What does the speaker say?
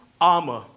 armor